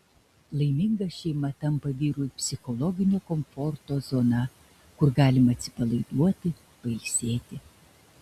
laiminga šeima tampa vyrui psichologinio komforto zona kur galima atsipalaiduoti pailsėti